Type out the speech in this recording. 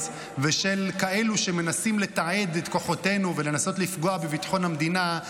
ושל כאלה שמנסים לתעד את כוחותינו ולנסות לפגוע בביטחון המדינה,